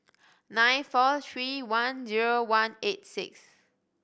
nine four three one zero one eight six